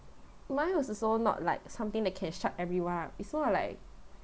mine was also not like something that can shut everyone up it's sort of like